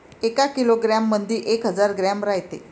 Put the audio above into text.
एका किलोग्रॅम मंधी एक हजार ग्रॅम रायते